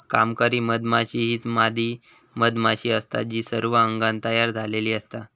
कामकरी मधमाशी हीच मादी मधमाशी असता जी सर्व अंगान तयार झालेली असता